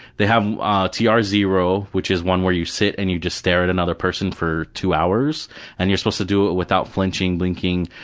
they have ah ah tr zero which is one where you sit and you just stare at another person for two hours and you're supposed to do it without flinching, blinking,